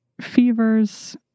fevers